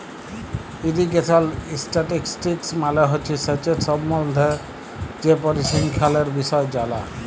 irrigation statistics মালে হছে সেঁচের সম্বল্ধে যে পরিসংখ্যালের বিষয় জালা